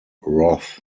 roth